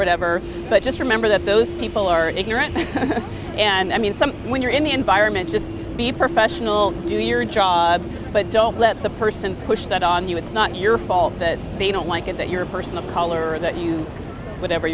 whatever but just remember that those people are ignorant and i mean some when you're in the environment just be professional do your job but don't let the person push that on you it's not your fault that they don't like it that you're a person of color or that you whatever